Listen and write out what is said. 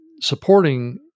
supporting